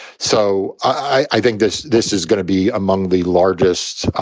so i think this this is going to be among the largest,